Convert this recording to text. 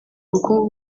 ubukungu